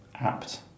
apt